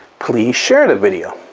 please share the video.